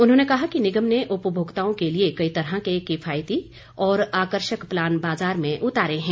उन्होंने कहा कि निगम ने उपभोक्ताओं के लिये कई तरह के किफायती और आकर्षक प्लान बाजार में उतारे हैं